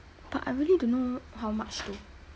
but I really don't know how much to